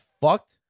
fucked